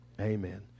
amen